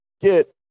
get